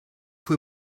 fue